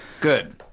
Good